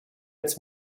its